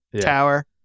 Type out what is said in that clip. tower